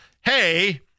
hey